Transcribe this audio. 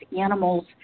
animals